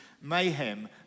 mayhem